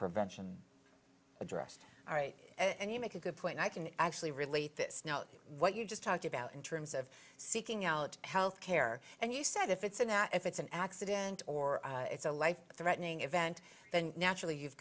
prevention addressed all right and you make a good point i can actually relate this now what you just talked about in terms of seeking out health care and you said if it's a not if it's an accident or it's a life threatening event then naturally you've